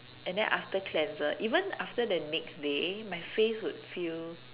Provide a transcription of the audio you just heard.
and then after cleanser even after the next day my face would feel